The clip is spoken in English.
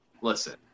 listen